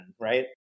right